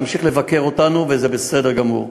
תמשיך לבקר אותנו וזה בסדר גמור.